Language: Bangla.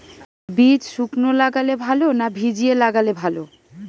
বীজ শুকনো লাগালে ভালো না ভিজিয়ে লাগালে ভালো?